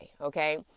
okay